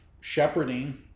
shepherding